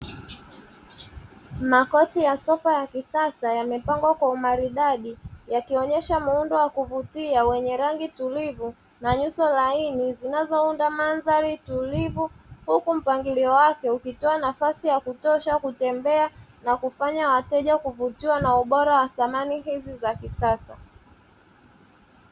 Makochi ya sofa ya kisasa yamepangwa kwa umaridadi yakionyesha muundo wa kuvutia wenye rangi tulivu na nyuso laini zinazounda mandhari tulivu, huku mpangilio wake ukitoa nafasi ya kutosha kutembea na kufanya wateja kuvutiwa na ubora wa samani hizi za kisasa.